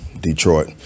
Detroit